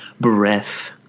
breath